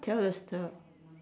tell a story